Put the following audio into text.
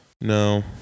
No